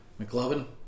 McLovin